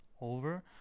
over